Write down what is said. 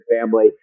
family